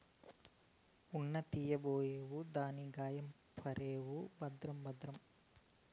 ఉన్ని తీయబోయి దాన్ని గాయపర్సేవు భద్రం భద్రం